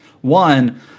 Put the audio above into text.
One